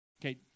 Okay